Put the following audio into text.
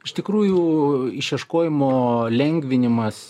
iš tikrųjų išieškojimo lengvinimas